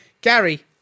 Gary